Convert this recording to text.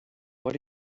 what